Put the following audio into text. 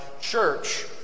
church